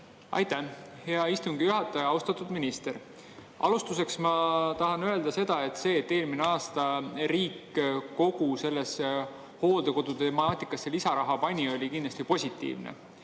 Aitäh, hea istungi juhataja! Austatud minister! Alustuseks tahan öelda seda, et see, et riik eelmine aasta kogu sellesse hooldekodutemaatikasse lisaraha pani, oli kindlasti positiivne.